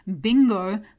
bingo